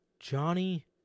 Johnny